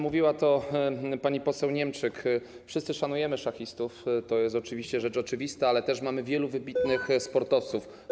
Mówiła o tym pani poseł Niemczyk: wszyscy szanujemy szachistów, to jest rzecz oczywista, ale też mamy wielu wybitnych sportowców.